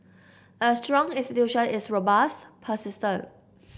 a strong institution is robust persistent